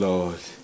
Lord